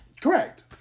Correct